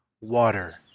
Water